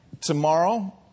Tomorrow